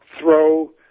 throw